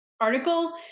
article